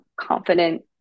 confident